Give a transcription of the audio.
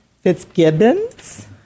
Fitzgibbons